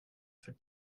för